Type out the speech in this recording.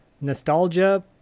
Nostalgia